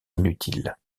inutiles